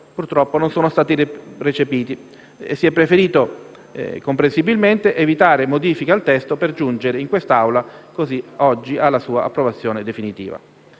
purtroppo - non sono stati recepiti. Si è preferito, comprensibilmente, evitare modifiche al testo per giungere in Assemblea alla sua approvazione definitiva.